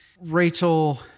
Rachel